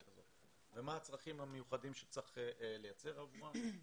כזו ומה הצרכים המיוחדים שצריך לייצר עבורה.